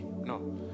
no